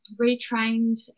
retrained